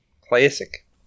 Classic